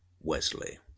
Wesley